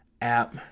app